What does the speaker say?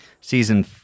Season